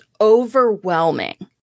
overwhelming